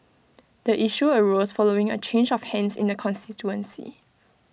the issue arose following A change of hands in the constituency